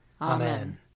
Amen